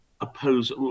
oppose